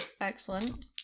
excellent